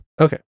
Okay